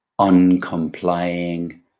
uncomplying